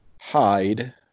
hide